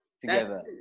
together